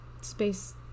Space